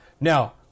Now